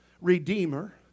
Redeemer